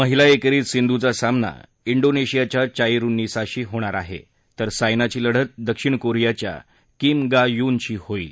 महिला एकेरीत सिंधूचा सामना डीनेशियाच्या चाईरुन्निसाशी होणार आहे तर सायनाची लढत दक्षिण कोरियाच्या किम गा युनशी होईल